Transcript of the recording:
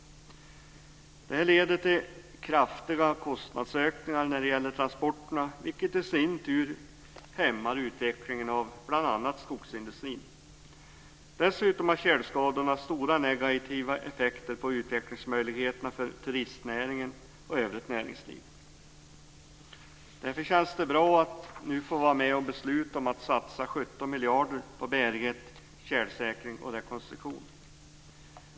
Detta leder till kraftiga kostnadsökningar för transporterna, vilket i sin tur hämmar utvecklingen av bl.a. skogsindustrin. Dessutom har tjälskadorna stora negativa effekter på utvecklingsmöjligheterna för turistnäringen och övrigt näringsliv. Därför känns det bra att nu få vara med och besluta om att satsa 17 miljarder kronor på bärighet, tjälsäkring och rekonstruktion.